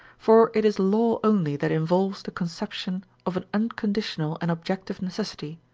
for it is law only that involves the conception of an unconditional and objective necessity,